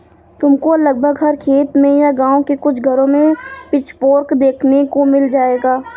तुमको लगभग हर खेत में या गाँव के कुछ घरों में पिचफोर्क देखने को मिल जाएगा